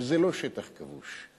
וזה לא שטח כבוש,